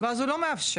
ואז הוא לא מאפשר.